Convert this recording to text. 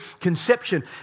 conception